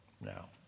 now